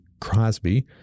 crosby